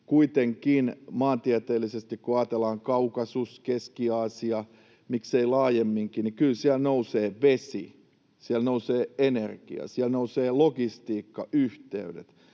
kuitenkin maantieteellisesti kun ajatellaan: Kaukasus, Keski-Aasia, miksei laajemminkin — nousee vesi, siellä nousee energia, siellä nousee logistiikkayhteydet,